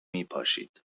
میپاشید